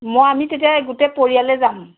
মই আমি তেতিয়া গোটেই পৰিয়ালেই যাম